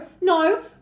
No